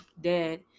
dead